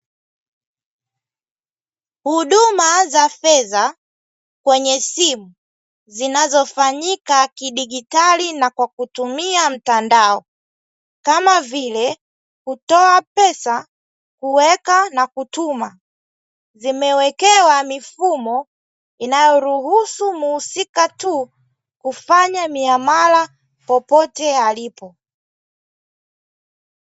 Huduma za fedha kwenye simu, zinazofanyika kidigitali na kwa kutumia mtandao, kama vile: kutoa pesa, kuweka na kutuma, zimewekewa mifumo inayoruhusu mhusika tu, kufanya miamala popote alipo.